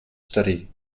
study